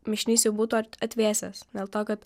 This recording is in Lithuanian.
mišinys jau būtų atvėsęs dėl to kad